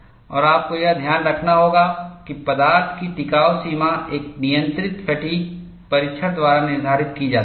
और आपको यह ध्यान रखना होगा कि पदार्थ की टिकाव सीमा एक नियंत्रित फ़ैटिग् परीक्षण द्वारा निर्धारित की जाती है